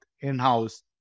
in-house